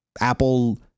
Apple